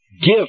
Give